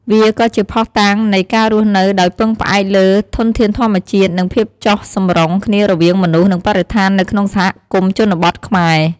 វាក៏ជាភស្តុតាងនៃ ការរស់នៅដោយពឹងផ្អែកលើធនធានធម្មជាតិ និងភាពចុះសម្រុងគ្នារវាងមនុស្ស និងបរិស្ថាននៅក្នុងសហគមន៍ជនបទខ្មែរ។